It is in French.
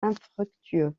infructueux